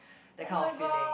that kind of feeling